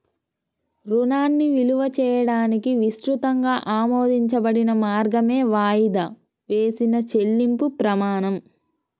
రుణాన్ని విలువ చేయడానికి విస్తృతంగా ఆమోదించబడిన మార్గమే వాయిదా వేసిన చెల్లింపు ప్రమాణం